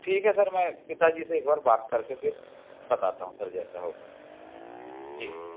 ठीक है सर मैं पिताजी से एक बार बात करके फिर बताता हूँ सर जैसा होगा जी